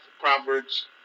Proverbs